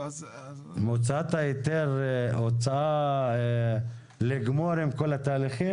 הוצאת ההיתר כדי לגמור עם כל התהליכים?